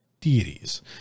deities